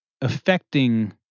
affecting